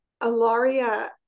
Alaria